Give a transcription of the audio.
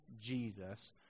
Jesus